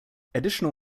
additional